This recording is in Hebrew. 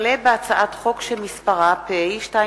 הודעה למזכירת הכנסת, בבקשה,